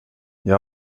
jag